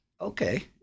Okay